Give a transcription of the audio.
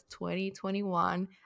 2021